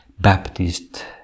baptist